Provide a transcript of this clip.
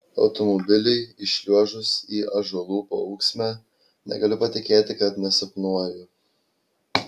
automobiliui įšliuožus į ąžuolų paūksmę negaliu patikėti kad nesapnuoju